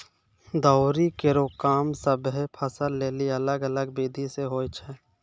दौरी केरो काम सभ्भे फसल लेलि अलग अलग बिधि सें होय छै?